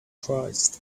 surprised